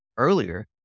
earlier